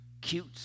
cute